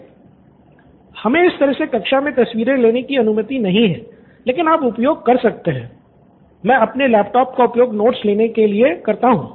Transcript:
student 3 हमें इस तरह से कक्षा मे तस्वीरें लेने की अनुमति नहीं है लेकिन आप उपयोग कर सकते हैं मैं अपने लैपटॉप का उपयोग नोट्स लेने के लिए करता हूं